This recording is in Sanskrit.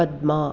पद्मा